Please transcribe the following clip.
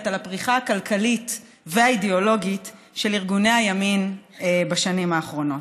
לפריחה הכלכלית והאידיאולוגית של ארגוני הימין בשנים האחרונות.